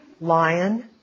lion